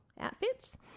outfits